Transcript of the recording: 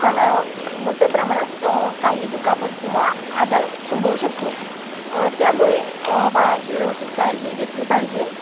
त्याला मोठ्या प्रमाणात काही दुखापत किंवा आजार संभवू शकतो त्यामुळे बाळाची व्यवस्थित काळजी घेतली पाहिजे